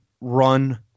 run